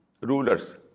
rulers